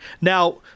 Now